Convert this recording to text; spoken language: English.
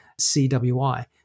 CWI